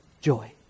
Joy